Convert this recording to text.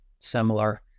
similar